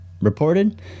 reported